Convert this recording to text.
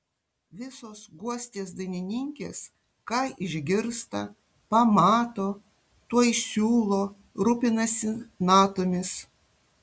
visos guostės dainininkės ką išgirsta pamato tuoj siūlo rūpinasi natomis